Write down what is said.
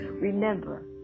Remember